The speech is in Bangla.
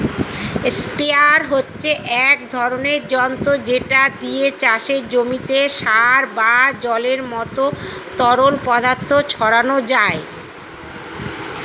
স্প্রেয়ার হচ্ছে এক ধরনের যন্ত্র যেটা দিয়ে চাষের জমিতে সার বা জলের মতো তরল পদার্থ ছড়ানো যায়